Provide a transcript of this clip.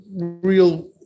real